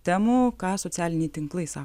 temų ką socialiniai tinklai sa